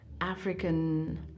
African